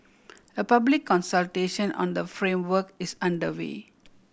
a public consultation on the framework is underway